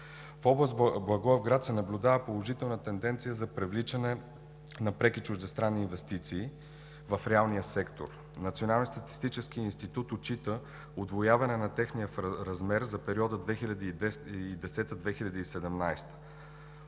В област Благоевград се наблюдава положителна тенденция за привличане на преки чуждестранни инвестиции в реалния сектор. Националният статистически институт отчита удвояване на техния размер за периода 2010 – 2017